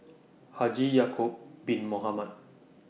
Haji Ya'Acob Bin Mohamed